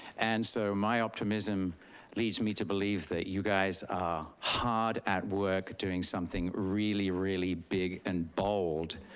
and so my optimism leads me to believe that you guys are hard at work doing something really, really big and bold.